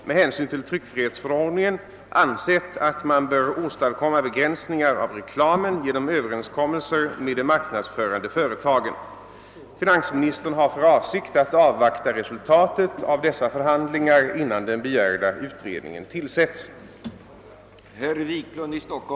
Med hänsyn till tryckfrihetsförordningen har regeringen ansett, att man i första hand bör försöka få till stånd erforderliga begränsningar av reklamen genom öÖöverenskommelser med de av marknadsföringen berörda företagen.